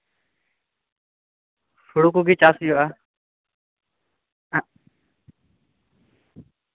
ᱦᱩᱲᱩ ᱠᱚᱜᱮ ᱪᱟᱥ ᱦᱩᱭᱩᱜᱼᱟ